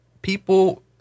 People